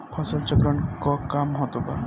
फसल चक्रण क का महत्त्व बा?